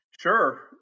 Sure